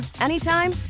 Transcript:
anytime